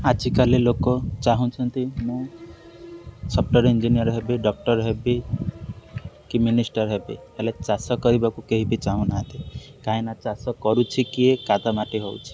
ଆଜିକାଲି ଲୋକ ଚାହୁଁଛନ୍ତି ମୁଁ ସଫ୍ଟୱେର୍ ଇଞ୍ଜିନିୟର ହେବି ଡକ୍ଟର ହେବି କି ମିନିଷ୍ଟର ହେବି ହେଲେ ଚାଷ କରିବାକୁ କେହି ବି ଚାହୁଁନାହାନ୍ତି କାହିଁକିନା ଚାଷ କରୁଛି କିଏ କାଦୁଅ ମାଟି ହେଉଛି କିଏ